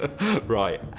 Right